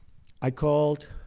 i called,